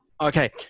Okay